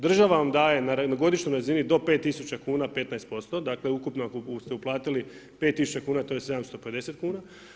Država vam daje na godišnjoj razini do 5000 kuna 15% dakle ukupno ako ste uplatili 5000 kuna to je 750 kuna.